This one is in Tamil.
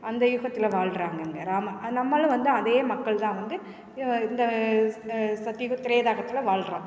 அந்த யுகத்தில் வாழ்கிறாங்கங்க ராம நம்மளும் வந்து அதே மக்கள் தான் வந்து இந்த சக்தி யுகம் திரேதா யுகத்தில் வாழ்கிறோம்